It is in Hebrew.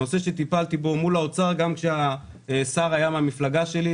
נושא שטיפלתי בו מול האוצר גם כשהשר היה מהפלגה שלי,